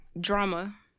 drama